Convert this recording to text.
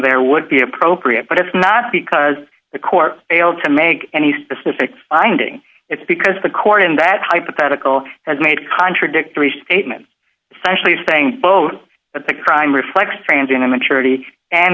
there would be appropriate but it's not because the court failed to make any specific finding it's because the court in that hypothetical has made contradictory statements specially saying vote but the crime reflects transient immaturity and